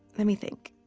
let me think.